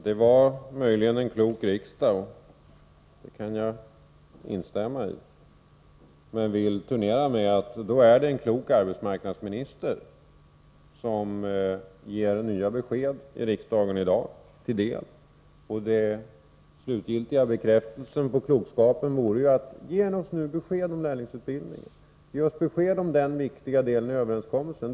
Herr talman! Ja, det var möjligen en klok riksdag — det kan jag instämma i. Men jag vill returnera med att säga att det då är en klok arbetsmarknadsminister som ger nya besked i riksdagen i dag. Den slutgiltiga bekräftelsen på klokskapen vore att nu ge oss besked om lärlingsutbildningen, denna viktiga del i överenskommelsen.